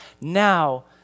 Now